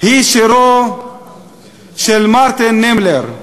הוא שירו של מרטין נימלר.